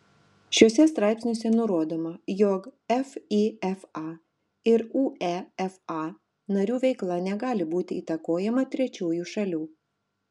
šiuose straipsniuose nurodoma jog fifa ir uefa narių veikla negali būti įtakojama trečiųjų šalių